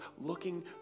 looking